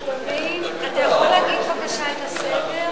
אדוני, אתה יכול להגיד בבקשה את הסדר?